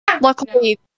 Luckily